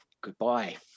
goodbye